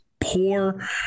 poor